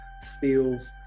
steals